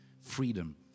freedom